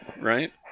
right